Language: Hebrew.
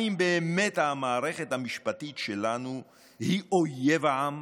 האם באמת המערכת המשפטית שלנו היא אויב העם